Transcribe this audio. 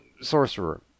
Sorcerer